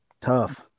tough